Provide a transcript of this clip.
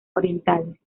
orientales